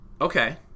Okay